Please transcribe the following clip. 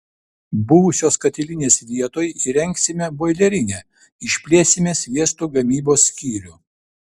buvusios katilinės vietoj įrengsime boilerinę išplėsime sviesto gamybos skyrių